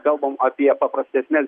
kalbam apie paprastesnes